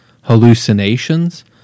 hallucinations